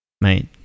mate